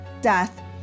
death